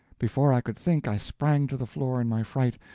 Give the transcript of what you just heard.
before i could think, i sprang to the floor in my fright,